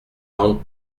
langue